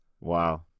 Wow